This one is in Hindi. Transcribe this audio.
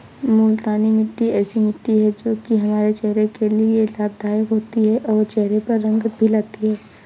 मूलतानी मिट्टी ऐसी मिट्टी है जो की हमारे चेहरे के लिए लाभदायक होती है और चहरे पर रंगत भी लाती है